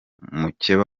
mukeba